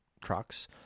trucks